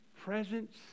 presence